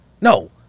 No